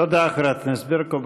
תודה, חברת הכנסת ברקו.